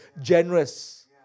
generous